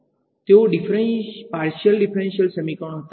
differential form તેઓ partial differential સમીકરણો હતા